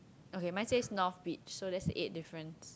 okay mine says north beach so that's the eight difference